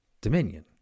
dominion